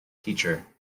teacher